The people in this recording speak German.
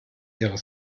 ihre